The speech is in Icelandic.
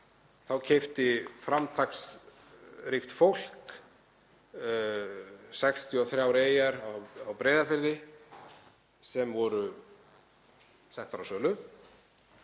þá keypti framtaksríkt fólk 63 eyjar á Breiðafirði sem voru settar á sölu